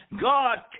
God